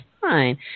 fine